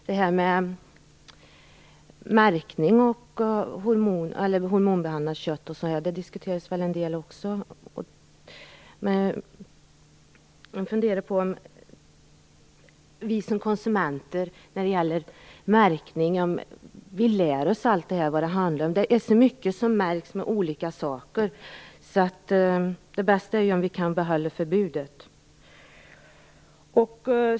Fru talman! Frågorna om märkning och hormonbehandlat kött diskuteras väl en del. Men jag funderar på om vi som konsumenter kan lära oss allt som gäller märkning. Det är så mycket som märks med olika saker, så det bästa är ju om vi kan behålla förbudet.